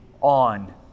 on